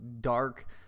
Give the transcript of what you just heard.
dark